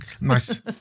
Nice